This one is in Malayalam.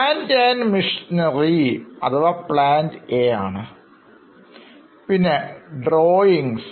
Plant and Machinery അഥവാ Plant A ആണ് Drawings